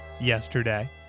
yesterday